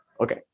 Okay